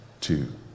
two